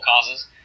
causes